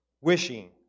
wishing